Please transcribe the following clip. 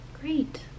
Great